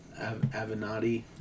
Avenatti